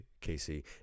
Casey